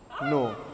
No